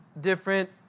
different